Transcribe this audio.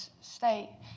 state